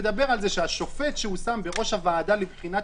והשופט שהוא שם בראש הוועדה לבחינת